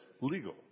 legal